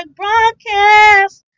broadcast